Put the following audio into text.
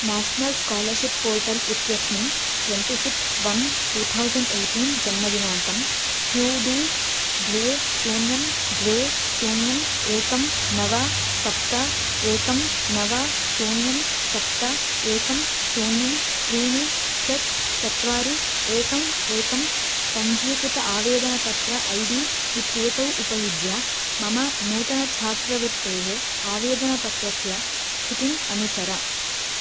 national scholarship portal इत्यस्मिन् twenty six one two thousand eighteen जन्मदिनाङ्कं Q D द्वे शून्यं द्वे शून्यम् एकं नव सप्त एकं नव शून्यं सप्त एकं शून्यं त्रीणि षट् चत्वारि एकम् एकं पञ्जीकृतम् आवेदनपत्रम् ऐ डी इत्येतौ उपयुज्य मम नूतनछात्रवृत्तेः आवेदनपत्रस्य स्थितिम् अनुसर